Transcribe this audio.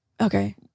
Okay